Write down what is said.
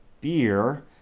beer